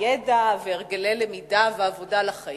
ידע והרגלי למידה ועבודה לחיים,